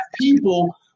people